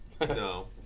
No